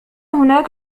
هناك